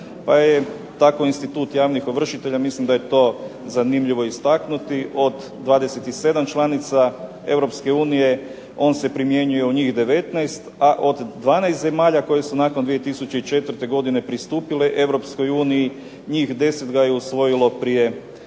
pa je tako institut javnih ovršitelja, mislim da je to zanimljivo istaknuti, od 27 članica Europske unije on se primjenjuje u njih 19, a od 12 zemalja koji su nakon 2004. godine pristupile Europskoj uniji njih 10 ga je usvojilo prije